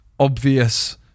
obvious